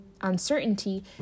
uncertainty